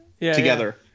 together